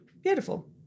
Beautiful